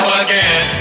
again